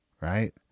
Right